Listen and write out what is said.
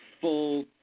full